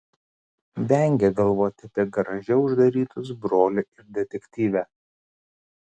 vengė galvoti apie garaže uždarytus brolį ir detektyvę